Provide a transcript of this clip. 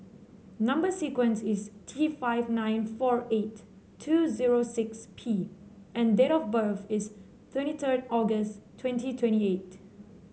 number sequence is T five nine four eight two zero six P and date of birth is twenty third August twenty twenty eight